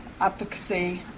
advocacy